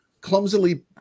clumsily